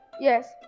Yes